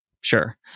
sure